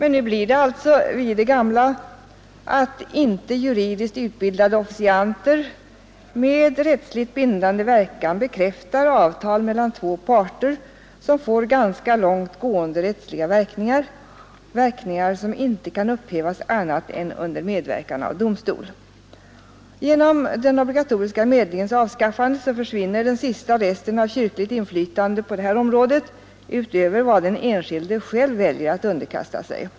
Nu blir det alltså vid det gamla, att icke juridiskt utbildade officianter med rättsligt bindande verkan bekräftar avtal mellan två parter som får ganska långt gående rättsliga verkningar, verkningar som inte kan upphävas annat än under medverkan av domstol. Genom den obligatoriska medlingens avskaffande försvinner den sista resten av kyrkligt inflytande på detta område utöver vad den enskilde själv väljer att underkasta sig.